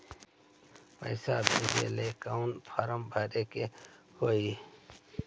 पैसा भेजे लेल कौन फार्म भरे के होई?